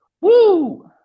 Woo